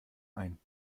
ein